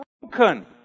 broken